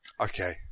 okay